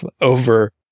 over